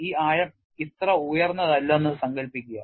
ഈ ആഴം ഇത്ര ഉയർന്നതല്ലെന്ന് സങ്കൽപ്പിക്കുക